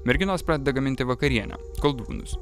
merginos pradeda gaminti vakarienę koldūnus